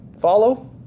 Follow